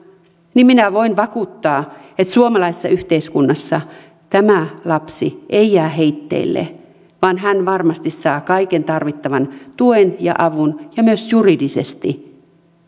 niin minä voin vakuuttaa että suomalaisessa yhteiskunnassa tämä lapsi ei jää heitteille vaan hän varmasti saa kaiken tarvittavan tuen ja avun ja myös juridisesti